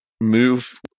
Move